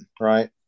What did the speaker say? right